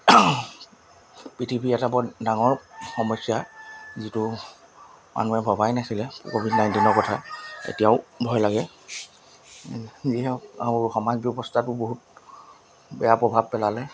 পৃথিৱীৰ এটা বৰ ডাঙৰ সমস্যা যিটো মানুহে ভবাই নাছিলে ক'ভিড নাইণ্টিনৰ কথা এতিয়াও ভয় লাগে যিহেতু সমাজ ব্যৱস্থাটো বহুত বেয়া প্ৰভাৱ পেলালে